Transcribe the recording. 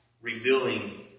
revealing